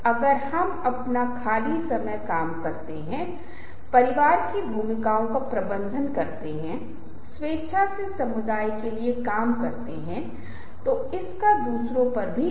जो व्यक्ति इस व्यक्ति को सुन रहा है उसे लगता है कि ठीक है यह एक यथार्थवादी बात है इस कार में ये कई अच्छे गुण हैं कि ये बुरे गुण कैसे हैं अब आप दोनों की तुलना करें